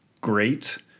great